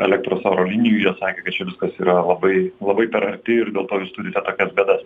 elektros oro linijų jie sakė kad čia viskas yra labai labai per arti ir dėl to jūs turite tokias bėdas